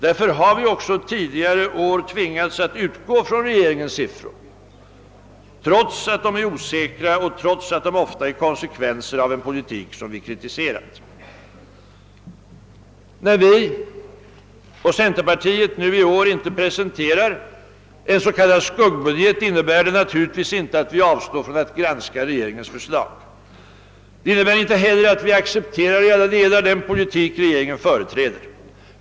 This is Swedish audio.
Därför har vi också tidigare år tvingats att utgå från regeringens siffror, trots att de är osäkra och trots att de ofta är konsekvenser av en politik som vi kritiserat. När centerpartiet och vi i år inte presenterar en s.k. skuggbudget innebär det naturligtvis inte att vi avstår från att granska regeringens förslag. Det innebär inte heller att vi i alla delar accepterar den politik som regeringen företräder.